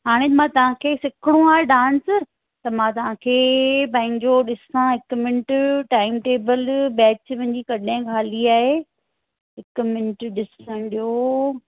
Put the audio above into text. हाणे मां तव्हांखे सिखिणो आहे डांस त मां तव्हांखे पंहिंजो ॾिसां हिकु मिंट टाइम टेबल बैच मुंहिंजी कॾहिं ख़ाली आहे हिकु मिंट ॾिसण ॾियो